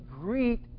greet